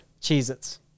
Cheez-Its